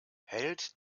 hält